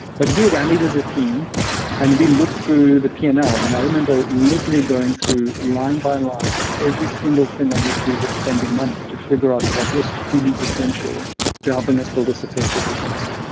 but we rallied as a team and we looked through the p and l. um and i remember literally going through line by line on every single thing on which we were spending money to figure out what was truly essential to helping us build a successful business.